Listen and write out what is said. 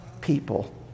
people